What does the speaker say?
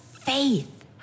faith